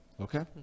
okay